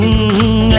Mmm